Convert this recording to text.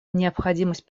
необходимость